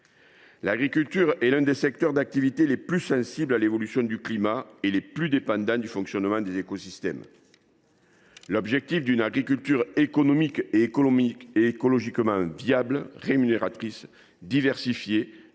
L’agriculture est l’un des secteurs d’activité les plus sensibles à l’évolution du climat et les plus dépendants du fonctionnement des écosystèmes. L’objectif d’une agriculture économiquement et écologiquement viable, rémunératrice, diversifiée,